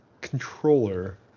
controller